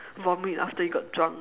vomit after you got drunk